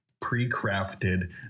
pre-crafted